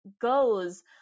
goes